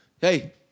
Hey